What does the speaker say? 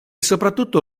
soprattutto